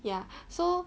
ya so